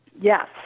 yes